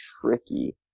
tricky